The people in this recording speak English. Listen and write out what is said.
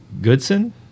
Goodson